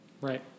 Right